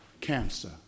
cancer